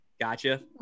gotcha